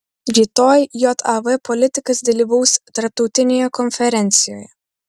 rytoj jav politikas dalyvaus tarptautinėje konferencijoje